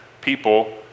people